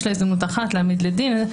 יש לה הזדמנות אחת להעמיד לדין.